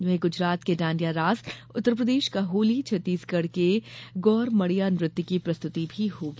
वहीं गुजरात के डांडिया रास उत्तर प्रदेश का होली छत्तीसगढ़ के गौर मड़िया नृत्य की प्रस्तुति भी होगी